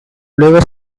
luego